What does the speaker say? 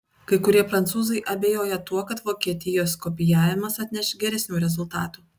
kai kurie prancūzai abejoja tuo kad vokietijos kopijavimas atneš geresnių rezultatų